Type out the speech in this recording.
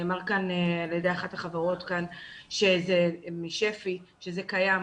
נאמר כאן על ידי אחת החברות כאן משפ"י שזה קיים.